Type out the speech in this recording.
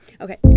okay